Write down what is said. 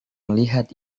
melihat